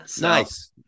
Nice